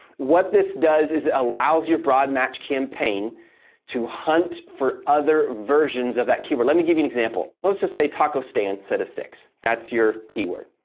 what this does is allows your broad match campaign to hunt for other versions of that keyword. let me give you an example. let's just say taco stands set of six, that's your keyword,